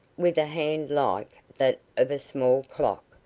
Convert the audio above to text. with a hand like that of a small clock,